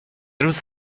روز